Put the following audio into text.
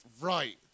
right